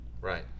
Right